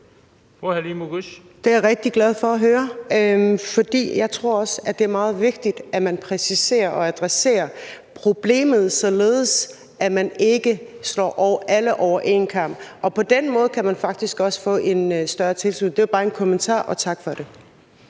Det er jeg rigtig glad for at høre, for jeg tror også, at det er meget vigtigt, at man præciserer og adresserer problemet, således at man ikke slår alle over en kam. På den måde kan man faktisk også få en større tilslutning. Det var bare en kommentar, og tak for svaret.